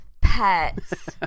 Pets